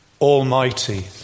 almighty